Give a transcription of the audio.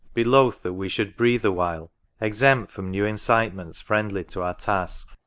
be loth that we should breathe awhile exempt from new incitements friendly to our task.